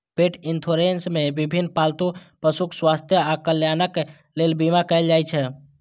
पेट इंश्योरेंस मे विभिन्न पालतू पशुक स्वास्थ्य आ कल्याणक लेल बीमा कैल जाइ छै